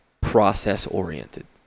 process-oriented